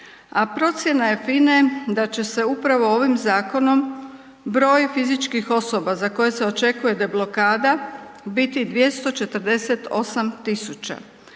a procjena je FINA-e da će se upravo ovim zakonom broj fizičkih osoba za koje se očekuje deblokada, biti 248 tisuća.